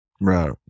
right